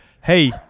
hey